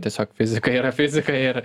tiesiog fizika yra fizika ir